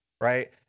right